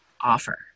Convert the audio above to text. offer